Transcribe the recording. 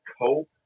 cope